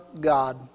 God